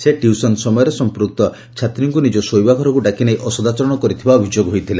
ସେ ଟ୍ୟୁସନ ସମୟରେ ସଂପୂକ୍ତ ଛାତ୍ରଙ୍କୁ ନିଜ ଶୋଇବାଘରକୁ ଡାକି ନେଇ ଅସଦାଚରଣ କରିଥିବା ଅଭିଯୋଗ ହୋଇଥିଲା